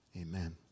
amen